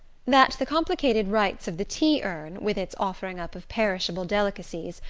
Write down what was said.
that the complicated rites of the tea-urn, with its offering-up of perishable delicacies,